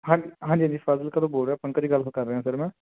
ਹਾਂਜ ਹਾਂਜੀ ਹਾਂਜੀ ਫਾਜ਼ਿਲਕਾ ਤੋਂ ਬੋਲ ਰਿਹਾ ਪੰਕਜ ਗੱਲ ਕਰ ਰਿਹਾ ਸਰ ਮੈਂ